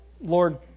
Lord